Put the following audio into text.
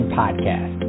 podcast